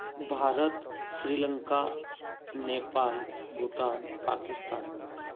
Bharat Sri Lanka Nepal Bhutan Pakistan